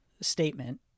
statement